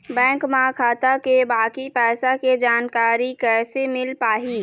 Bank म खाता के बाकी पैसा के जानकारी कैसे मिल पाही?